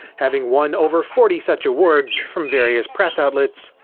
having won over forty such awards from various press outlets.